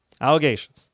Allegations